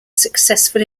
successful